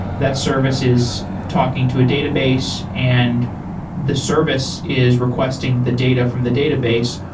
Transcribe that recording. that service is talking to a database and the service is requesting the data from the database.